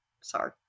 Sorry